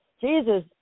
Jesus